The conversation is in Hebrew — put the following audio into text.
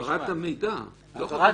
לא, העברת המידע, לא חוק המשמעת.